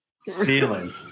Ceiling